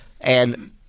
And-